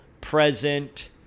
present